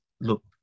look